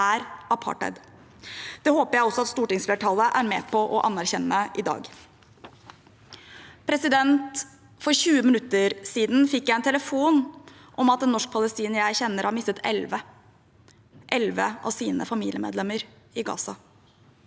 er apartheid. Det håper jeg at stortingsflertallet er med på å anerkjenne i dag. For 20 minutter siden fikk jeg en telefon om at en norsk-palestiner jeg kjenner, har mistet elleve – elleve – av sine familiemedlemmer i Gaza.